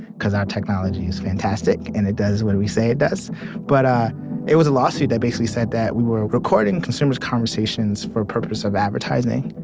because our technology is fantastic and it does what we say it does but ah it was a lawsuit that basically said that we were recording consumers' conversations for purpose of advertising,